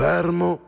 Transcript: Fermo